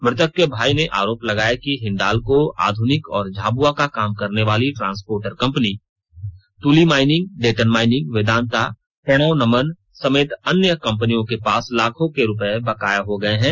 मृतक के भाई ने आरोप लगाया कि हिंडाल्को आधुनिक और झाबुआ का काम करनेवाली ट्रांसपोर्टर कम्पनी तुली माईनिंग डेटन माईनिंग वेदांता प्रणव नमन समेत अन्य कम्पनियों के पास लाखों रु बकाया हो गए थे